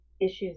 issues